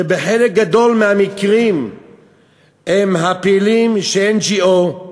שבחלק גדול מהמקרים הם הפעילים של NGO,